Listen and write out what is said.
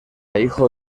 hijo